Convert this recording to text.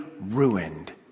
ruined